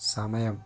സമയം